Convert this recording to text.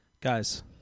Guys